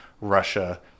Russia